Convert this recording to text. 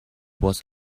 was